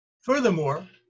Furthermore